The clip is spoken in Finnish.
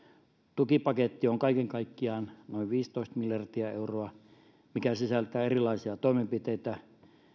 tukipaketti on kaiken kaikkiaan noin viisitoista miljardia euroa mikä sisältää erilaisia toimenpiteitä